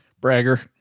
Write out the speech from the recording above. Bragger